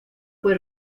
fue